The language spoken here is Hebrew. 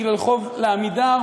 בגלל חוב ל"עמידר",